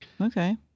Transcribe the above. Okay